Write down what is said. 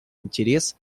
интерес